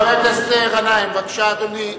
חבר הכנסת מסעוד גנאים, בבקשה, אדוני.